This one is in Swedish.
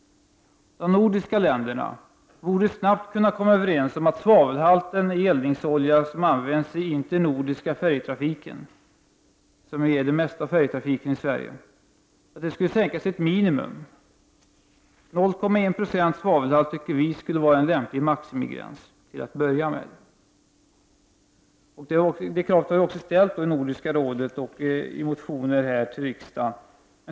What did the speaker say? De nordiska länderna borde snabbt kunna komma överens om att den svavelhalt i eldningsolja som finns i den internordiska färjetrafiken, som är den dominerande färjetrafiken i Sverige, skall sänkas till ett minimum. 0,1 90 svavelhalt tycker vi från miljöpartiet vore en lämplig maximigräns till att börja med. Det kravet har vi också ställt i Nordiska rådet och i motioner här till riksdagen.